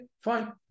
fine